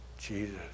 Jesus